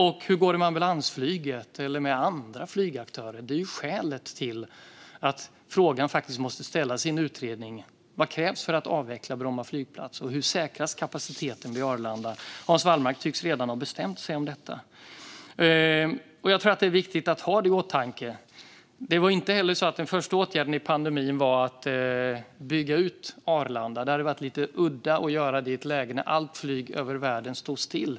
Och hur går det med ambulansflyget och med andra flygaktörer? Det är skälet till att frågan faktiskt måste ställas i en utredning. Vad krävs för att avveckla Bromma flygplats, och hur säkras kapaciteten vid Arlanda? Hans Wallmark tycks redan ha bestämt sig om detta, men jag tror att det är viktigt att ha det i åtanke. Det var inte heller så att den första åtgärden i pandemin var att bygga ut Arlanda. Det hade varit lite udda att göra det i ett läge då allt flyg världen över stod still.